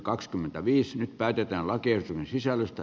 nyt päätetään lakiehdotusten sisällöstä